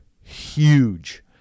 huge